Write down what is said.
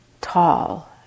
tall